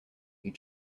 you